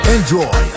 Enjoy